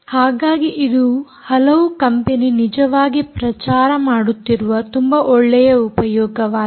ಹಾಗಾಗಿ ಇದು ಹಲವು ಕಂಪನಿ ನಿಜವಾಗಿ ಪ್ರಚಾರ ಮಾಡುತ್ತಿರುವ ತುಂಬಾ ಒಳ್ಳೆಯ ಉಪಯೋಗವಾಗಿದೆ